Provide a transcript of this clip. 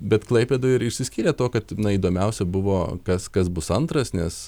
bet klaipėdoj ir išsiskyrė tuo kad įdomiausia buvo kas kas bus antras nes